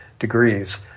Degrees